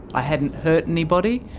i hadn't hurt anybody.